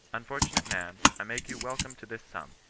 unfortunate man, i make you welcome to this sum.